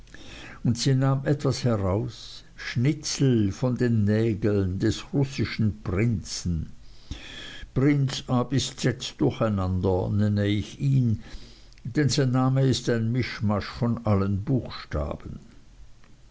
und sie nahm etwas heraus schnitzel von den nägeln des russischen prinzen prinz a bis z durcheinander nenne ich ihn denn sein name ist ein mischmasch von allen buchstaben